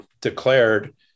declared